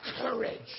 courage